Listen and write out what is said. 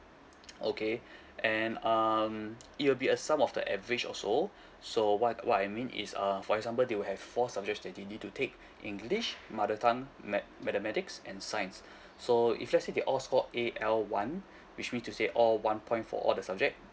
okay and um it will be a sum of the average also so what I what I mean is uh for example they will have four subjects that they need to take english mother tongue mat~ mathematics and science so if let's say they all score A_L one which means to say all one point for all the subject